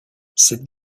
cette